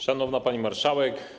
Szanowna Pani Marszałek!